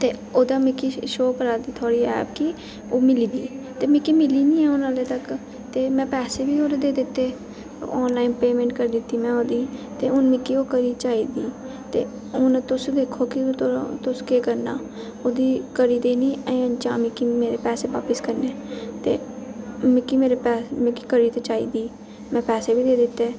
ते ओह्दा मिकी शौ करै दी थुआढ़ी ऐप की ओह् मिली गेदी ऐ ते मिकी मिली नि ऐ हून ह्ल्ली तक ते में पैसे बी होरे देई दित्ते आनलाइन पेमेंट करी दित्ती मैं ओह्दी ते हून मिकी ओह घड़ी चाहिदी ते हून तुस दिक्खो के हून तुस केह् करना ओह्दी घड़ी देनी ऐ जां मिकी मेरे पैसे बापिस करने ते मिकी मेरे पैह् ते मिकी मेरी घड़ी ते चाहिदी ते में पैसे बी देई दित्ते